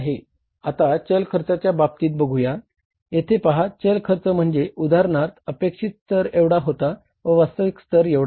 आता चल खर्चाच्या बाबतीत बघूया येथे पहा चल खर्च म्हणजे उदाहरणार्थ अपेक्षित स्तर एवढा होता व वास्तविक स्तर एवढा आहे